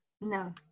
No